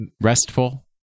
Restful